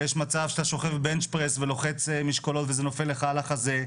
ויש מצב שאתה שוכב בנץ' פרס ולוחץ משקולות וזה נופל על החזה.